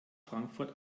frankfurt